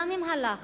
גם אם הלחץ